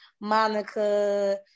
Monica